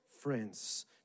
friends